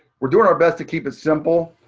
we're doing our best to keep it simple.